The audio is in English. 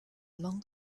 along